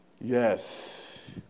Yes